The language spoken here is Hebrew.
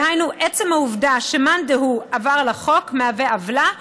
דהיינו עצם העובדה שמאן דהוא עבר על החוק מהווה עוולה,